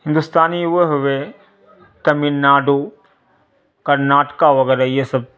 ہندوستانی وہ ہوئے تمل ناڈو کرناٹکا وغیرہ یہ سب